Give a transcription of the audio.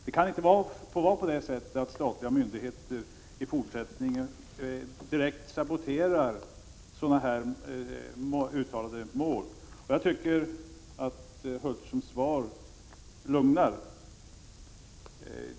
Det kan inte vara så att statliga myndigheter i fortsättningen direkt saboterar uttalade mål. Jag tycker att statsrådet Hulterströms svar lugnar.